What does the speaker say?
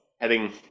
heading